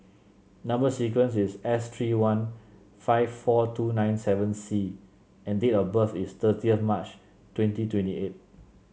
number sequence is S three one five four two nine seven C and date of birth is thirty of March twenty twenty eight